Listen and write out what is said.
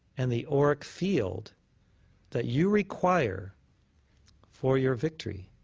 and the auric field that you require for your victory.